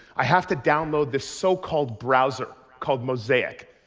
i have to download this so-called browser, called mosaic,